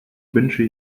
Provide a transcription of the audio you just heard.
wünsche